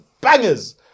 bangers